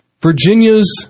Virginia's